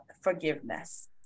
forgiveness